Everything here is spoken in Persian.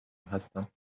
هستم